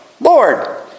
Lord